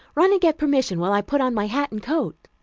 run and get permission while i put on my hat and coat.